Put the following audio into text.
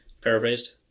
Paraphrased